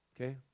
Okay